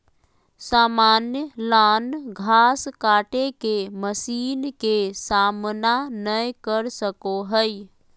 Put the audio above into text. सामान्य लॉन घास काटे के मशीन के सामना नय कर सको हइ